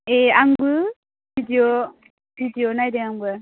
ए आंबो video video नायदों आंबो